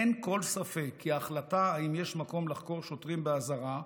אין כל ספק כי ההחלטה אם יש מקום לחקור שוטרים באזהרה,